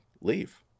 leave